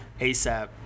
asap